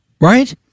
right